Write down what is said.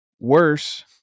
worse